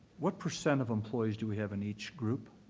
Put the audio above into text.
what percent of employees do we have in each group?